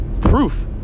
proof